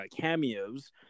cameos